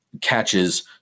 catches